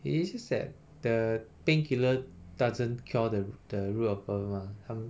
it is it's just that the painkiller doesn't cure the the root of the problem